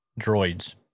droids